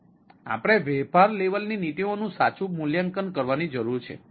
તેથી આપણે વેપાર લેવલની નીતિઓનું સાચું મૂલ્યાંકન કરવાની જરૂર છે